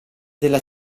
della